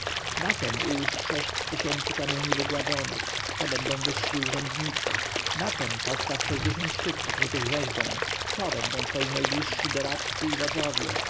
na tem ułóż sześć tysięcy kamieni wygładzonych to będą wyżsi urzędnicy na tem postaw sześćdziesiąt sztuk pokrytych rzeźbą to będą twoi najbliżsi doradcy i wodzowie